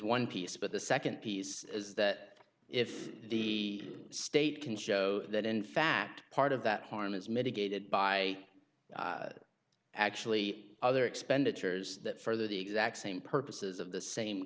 one piece but the second piece is that if the state can show that in fact part of that harm is mitigated by actually other expenditures that further the exact same purposes of the same